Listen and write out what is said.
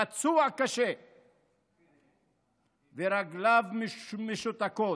/ פצוע קשה ורגליו משותקות,